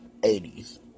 80s